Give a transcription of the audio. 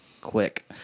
Quick